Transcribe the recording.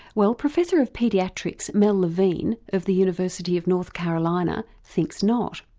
well professor of paediatrics mel levine, of the university of north carolina, thinks not.